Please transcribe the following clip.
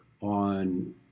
on